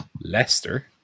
Leicester